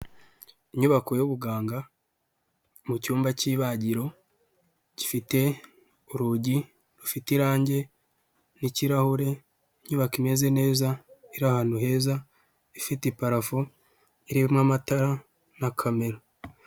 Inyubako ybuganga mucyumba cyibagiro gifite urugi nshuti irangi nkirahure ntiba kimeze neza iri ahantu heza ifite parafu herimo amatara na kamera.